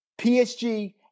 PSG